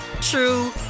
true